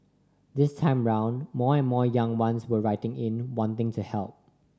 this time round more and more young ones were writing in wanting to help